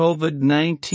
COVID-19